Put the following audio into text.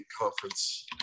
conference